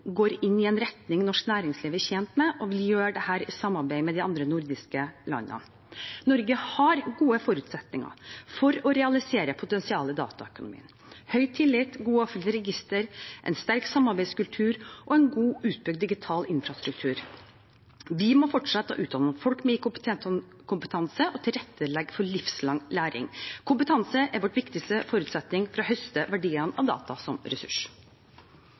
i en retning som norsk næringsliv er tjent med, og vi vil gjøre dette i samarbeid med de andre nordiske landene. Norge har gode forutsetninger for å realisere potensialet i dataøkonomien: høy tillit, gode offentlige registre, en sterk samarbeidskultur og en godt utbygd digital infrastruktur. Vi må fortsette å utdanne folk med IKT-kompetanse og tilrettelegge for livslang læring. Kompetanse er vår viktigste forutsetning for å høste verdiene av data som ressurs.